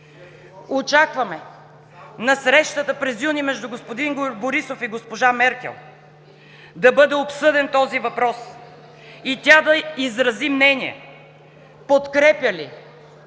Очакваме на срещата през юни между господин Борисов и госпожа Меркел да бъде обсъден този въпрос и тя да изрази мнение: подкрепя ли